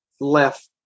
left